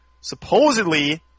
supposedly